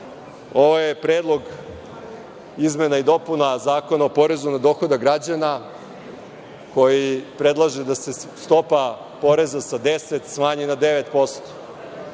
je predlog izmena i dopuna Zakona o porezu na dohodak građana koji predlaže da se stopa poreza sa 10% smanji na 9%.